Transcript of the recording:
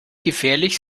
gefährlich